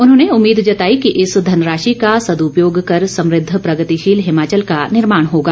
उन्होंने उम्मीद जताई कि इस धनराशि का सद्पयोग कर समृद्ध प्रगतिशील हिमाचल का निर्माण होगा